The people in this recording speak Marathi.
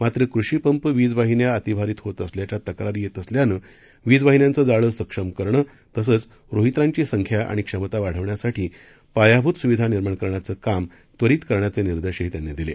मात्र कृषिपंप वीज वाहिन्या अतिभारीत होत असल्याच्या तक्रारी येत असल्यानं वीज वाहिन्यांचं जाळं सक्षम करणं तसंच रोहित्रांची संख्या आणि क्षमता वाढवण्यासाठी पायाभूत सुविधा निर्माण करण्याचं काम त्वरित करण्याचे निर्देशही त्यांनी दिले